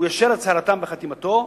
הוא יאשר הצהרתם בחתימתו.